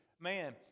man